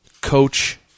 coach